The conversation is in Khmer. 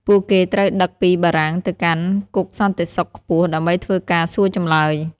ពួកគេត្រូវដឹកពីបារាំងទៅកាន់គុកសន្តិសុខខ្ពស់ ដើម្បីធ្វើការសួរចម្លើយ។